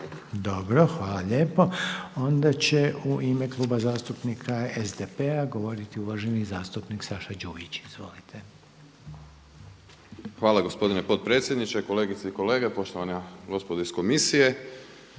Dobro. Hvala lijepo. Onda će u ime Kluba zastupnika SDP-a govoriti uvaženi zastupnik Saša Đujić. Izvolite. **Đujić, Saša (SDP)** Hvala gospodine potpredsjedniče. Kolegice i kolege. Poštovana gospodo iz komisije.